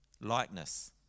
likeness